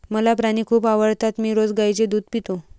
मला प्राणी खूप आवडतात मी रोज गाईचे दूध पितो